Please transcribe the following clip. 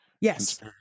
Yes